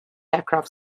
aircraft